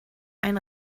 ein